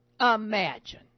imagine